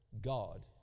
God